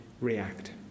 react